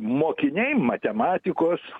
mokiniai matematikos